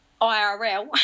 IRL